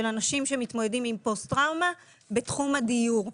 אנשים שמתמודדים עם פוסט טראומה בתחום הדיור.